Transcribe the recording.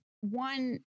one